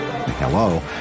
Hello